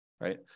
right